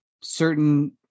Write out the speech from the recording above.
certain